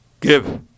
give